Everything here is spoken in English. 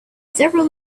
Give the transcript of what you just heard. several